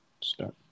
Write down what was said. start